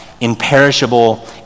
imperishable